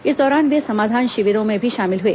इस दौरान वे समाधान शिविरों में शामिल हुए